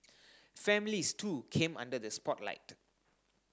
families too came under the spotlight